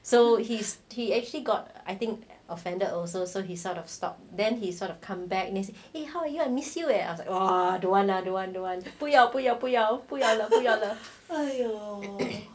so he's he actually got I think offended also so he sort of stop then he sort of come back eh how are you I miss you and I was like oh don't want lah don't want don't want 不要不要不要不要啦